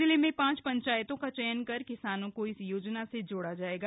जिले में पांच पंचायतों का चयन कर किसानों को इस योजना से जोड़ा जाएगा